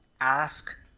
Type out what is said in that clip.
ask